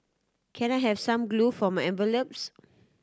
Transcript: can I have some glue for my envelopes